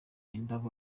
indabo